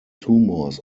tumors